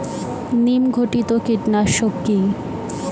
নিম ঘটিত কীটনাশক কি?